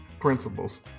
principles